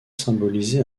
symboliser